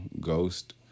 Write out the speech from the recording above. Ghost